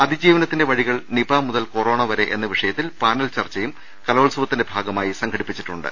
അതി ജീവനത്തിന്റെ വഴികൾ നിപ മുതൽ കൊറോണ വരെ എന്ന വിഷയ ത്തിൽ പാനൽ ചർച്ചയും കലോത്സവത്തിന്റെ ഭാഗമായി സംഘടിപ്പി ച്ചിട്ടുണ്ട്